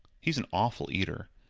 he's an awful eater.